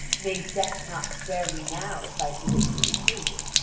may death not spare me now, if i did it to injure you.